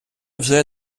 вже